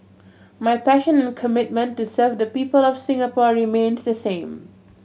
my passion and commitment to serve the people of Singapore remains the same